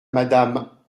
madame